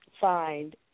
find